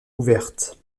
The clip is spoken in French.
ouverte